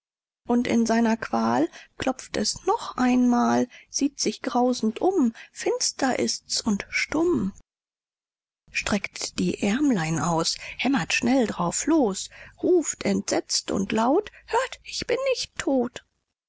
und in seiner qual klopft es noch einmal sieht sich grausend um finster ist's und stumm streckt die ärmlein aus hämmert schnell drauf los ruft entsetzt und laut hört ich bin nicht tot